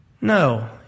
No